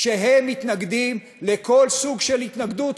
שהם מתנגדים לכל סוג של התנגדות,